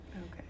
Okay